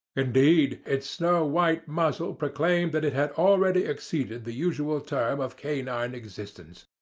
indeed, its snow-white muzzle proclaimed that it had already exceeded the usual term of canine existence.